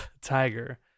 tiger